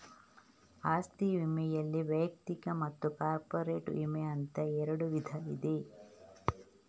ಆಸ್ತಿ ವಿಮೆನಲ್ಲಿ ವೈಯಕ್ತಿಕ ಮತ್ತು ಕಾರ್ಪೊರೇಟ್ ವಿಮೆ ಅಂತ ಎರಡು ವಿಧ ಇದೆ